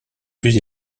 plus